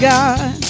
God